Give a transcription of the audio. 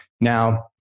Now